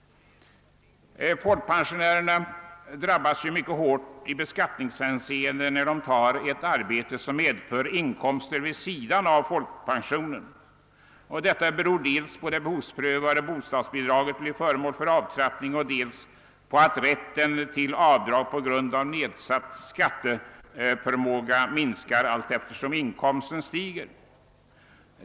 Folkpensionärerna drabbas mycket hårt i beskattningshänseende, när de har eit arbete som medför inkomster vid sidan av pensionen. Detta beror dels på att det behovsprövade bostadsbidraget blir föremål för avtrappning, dels på att rätten till avdrag på grund av nedsatt skatteförmåga minskar allteftersom inkomsten stiger.